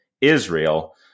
Israel